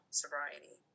sobriety